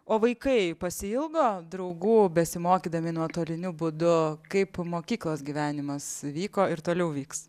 o vaikai pasiilgo draugų besimokydami nuotoliniu būdu kaip mokyklos gyvenimas vyko ir toliau vyks